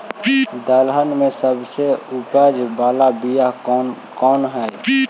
दलहन में सबसे उपज बाला बियाह कौन कौन हइ?